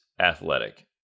athletic